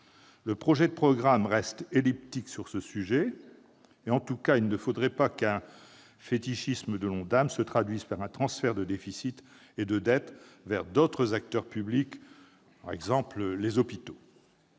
Le projet de programme de stabilité reste elliptique sur ce sujet. En tout cas, il ne faudrait pas qu'un « fétichisme » de l'ONDAM se traduise par un transfert de déficit et de dettes vers d'autres acteurs publics, comme les hôpitaux.